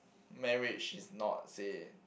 marriage is not say